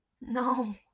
No